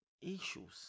issues